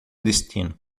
destino